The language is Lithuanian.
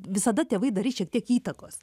visada tėvai darys šiek tiek įtakos